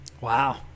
Wow